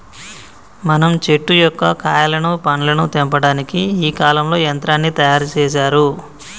మనం చెట్టు యొక్క కాయలను పండ్లను తెంపటానికి ఈ కాలంలో యంత్రాన్ని తయారు సేసారు